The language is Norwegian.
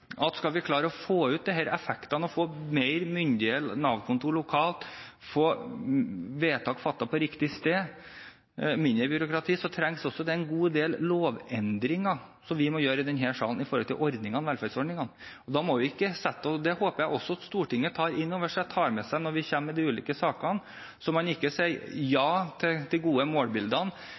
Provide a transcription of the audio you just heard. at skal vi klare å få ut disse effektene og få mer myndige Nav-kontorer lokalt, få vedtak fattet på riktig sted og mindre byråkrati, trengs det også en god del lovendringer som vi må gjøre i denne salen når det gjelder velferdsordningene. Det håper jeg også at Stortinget tar inn over seg og tar med seg når vi kommer med de ulike sakene, så man ikke sier ja til de gode målbildene,